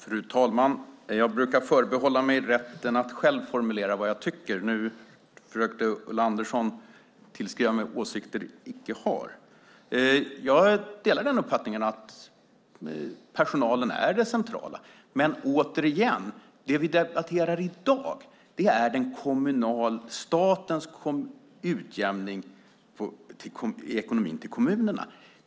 Fru talman! Jag brukar förbehålla mig rätten att själv formulera vad jag tycker. Nu försökte Ulla Andersson tillskriva mig åsikter jag inte har. Jag delar uppfattningen att personalen är det centrala. Återigen är det vi debatterar i dag statens utjämning i ekonomin till kommunerna.